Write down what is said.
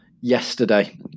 yesterday